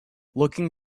looking